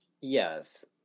Yes